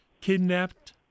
kidnapped